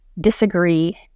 disagree